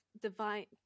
Divine